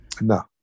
No